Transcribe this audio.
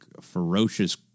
ferocious